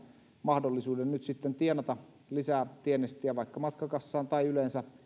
mahdollisuuden nyt sitten tienata lisää tienestiä vaikka matkakassaan tai yleensä